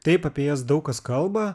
taip apie jas daug kas kalba